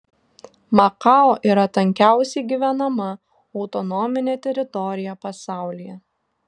makao yra tankiausiai gyvenama autonominė teritorija pasaulyje